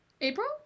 April